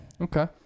Okay